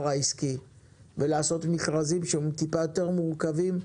העסקי ולעשות מכרזים שהם טיפה יותר מורכבים,